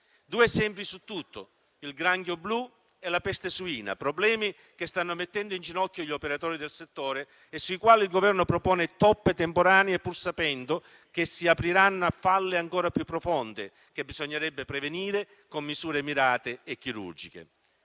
Due esempi su tutto sono il granchio blu e la peste suina: problemi che stanno mettendo in ginocchio gli operatori del settore e sui quali il Governo propone toppe temporanee, pur sapendo che si apriranno falle ancora più profonde che bisognerebbe prevenire con misure mirate e chirurgiche,